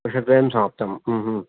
वर्षद्वयं समाप्तं आम् आम्